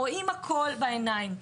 רואים הכול בעיניים.